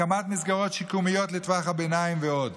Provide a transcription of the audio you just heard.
הקמת מסגרות שיקומיות לטווח הביניים ועוד.